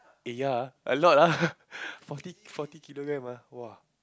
eh ya ah a lot ah forty forty kilogram ah !wah!